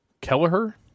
Kelleher